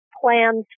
plans